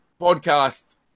podcast